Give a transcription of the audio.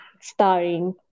starring